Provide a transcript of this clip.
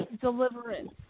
Deliverance